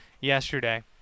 yesterday